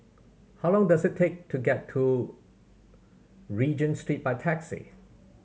how long does it take to get to Regent Street by taxi